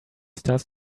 starts